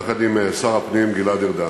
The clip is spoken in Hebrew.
יחד עם שר הפנים גלעד ארדן,